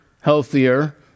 healthier